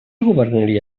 governaria